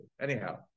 Anyhow